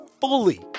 fully